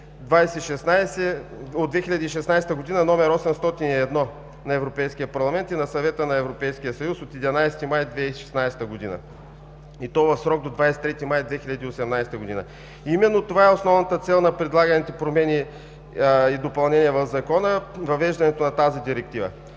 № 2016/801 на Европейския парламент и на Съвета от 11 май 2016 г. и то в срок до 23 май 2018 г. Именно това е основната цел на предлаганите промени и допълнения в Закона – въвеждането на тази Директива.